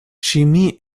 chemie